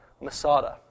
Masada